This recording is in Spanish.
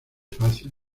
fácil